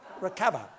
recover